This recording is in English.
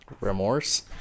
Remorse